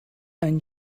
ein